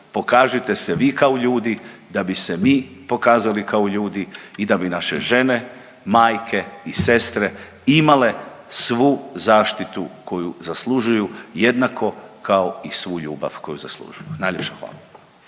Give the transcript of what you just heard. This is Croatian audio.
pokažite se vi kao ljudi da bi se mi pokazali kao ljudi i da bi naše žene, majke i sestre imale svu zaštitu koju zaslužuju, jednako kao i svu ljubav koju zaslužuju, najljepša hvala.